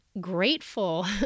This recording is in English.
grateful